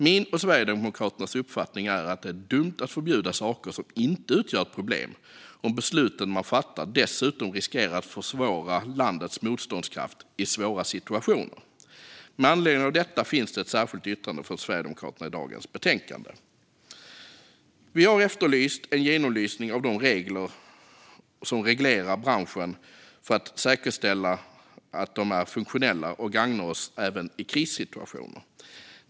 Min och Sverigedemokraternas uppfattning är att det är dumt att förbjuda saker som inte utgör ett problem om besluten man fattar dessutom riskerar att försämra landets motståndskraft i svåra situationer. Med anledning av detta finns det ett särskilt yttrande från Sverigedemokraterna i dagens betänkande. Vi har efterlyst en genomlysning av de regler som styr branschen för att säkerställa att de är funktionella och gagnar oss även i krissituationer.